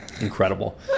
Incredible